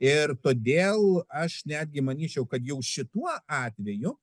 ir todėl aš netgi manyčiau kad jau šituo atveju